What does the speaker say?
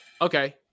Okay